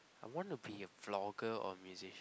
I want to be a blogger or musician